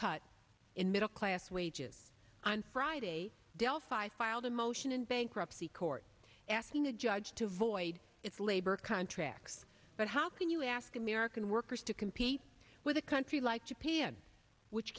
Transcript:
cut in middle class wages on friday delphi filed a motion in bankruptcy court asking a judge to void its labor contracts but how can you ask american workers to compete with a country like japan which